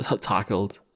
tackled